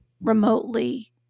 remotely